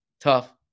tough